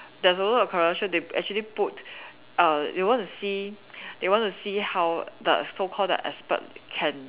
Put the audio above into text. there's a lot of Korean show they actually put uh they want to see they want to see how the so called the expert can